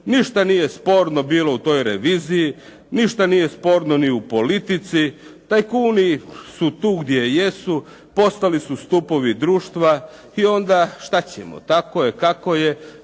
ništa nije sporno bilo u toj reviziji, ništa nije sporno ni u politici, tajkuni su tu gdje jesu, postali su stupovi društva i onda šta ćemo. Tako je kako je.